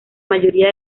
mayoría